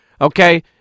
okay